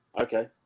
okay